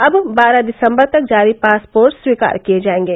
अव बारह दिसम्बर तक जारी पासपोर्ट स्वीकार किये जायेंगे